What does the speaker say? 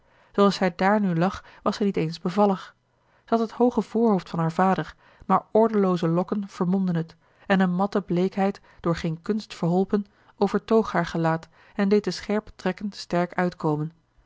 zooals zij dààr nu lag was zij niet eens bevallig zij had het hooge voorhoofd van haar vader maar ordelooze lokken vermomden het en eene matte bleekheid door geene kunst verholpen overtoog haar gelaat en deed de scherpe trekken sterk uitkomen